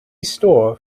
store